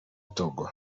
togo